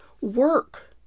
work